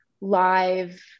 live